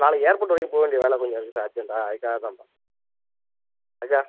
நாளைக்கு ஏர்போர்ட் வரைக்கும் போக வேண்டிய வேலை கொஞ்சம் இருக்கு சார் அர்ஜெண்டாக அதுக்காக தான் பாத்தே